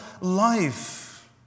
life